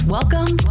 Welcome